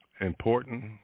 important